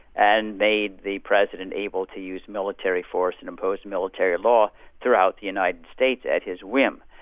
and made the president able to use military force and impose military law throughout the united states, at his whim.